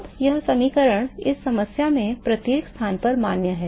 अब यह समीकरण इस समस्या में प्रत्येक स्थान पर मान्य है